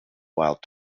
wild